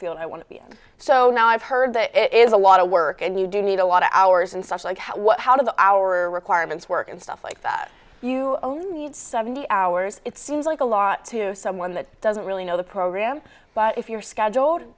field i want to be so now i've heard that it is a lot of work and you do need a lot of hours and such like what how do the our requirements work and stuff like that you only need seventy hours it seems like a lot to someone that doesn't really know the program but if you're scheduled